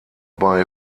bei